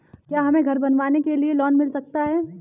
क्या हमें घर बनवाने के लिए लोन मिल सकता है?